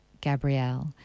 Gabrielle